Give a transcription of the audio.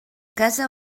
casa